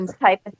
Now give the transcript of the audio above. type